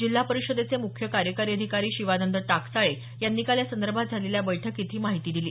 जिल्हा परिषदेचे मुख्य कार्यकारी अधिकारी शिवानंद टाकसाळे यांनी काल यासंदर्भात झालेल्या बैठकीत ही माहिती दिली